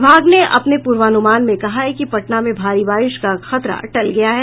विभाग ने अपने पूर्वानुमान में कहा है कि पटना में भारी बारिश का खतरा टल गया है